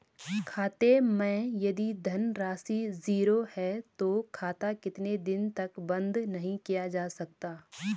खाते मैं यदि धन राशि ज़ीरो है तो खाता कितने दिन तक बंद नहीं किया जा सकता?